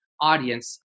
audience